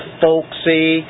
folksy